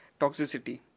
toxicity